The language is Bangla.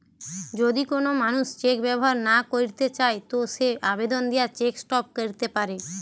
যদি কোন মানুষ চেক ব্যবহার না কইরতে চায় তো সে আবেদন দিয়ে চেক স্টপ ক্যরতে পারে